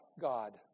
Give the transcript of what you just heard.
God